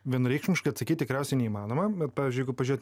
vienareikšmiškai atsakyt tikriausiai neįmanoma bet pavyzdžiui jeigu pažiūrėt